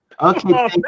Okay